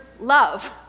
love